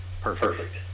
Perfect